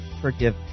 forgive